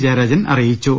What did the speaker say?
ജയരാജൻ അറിയിച്ചു